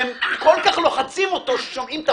שהם כל כך לוחצים אותו, ששומעים את